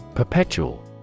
Perpetual